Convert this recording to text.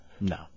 No